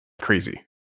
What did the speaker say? crazy